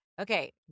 Okay